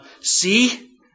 see